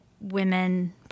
women